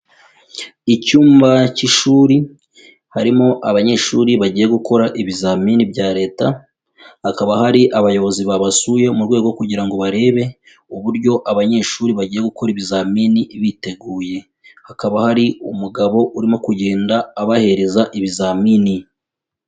Icyumba cy'ishuri, harimo abanyeshuri bagiye gukora ibizamini bya leta, hakaba hari abayobozi babasuye mu rwego kugira ngo barebe uburyo abanyeshuri bagiye gukora ibizamini biteguye. Hakaba hari umugabo urimo kugenda abahereza ibizamini.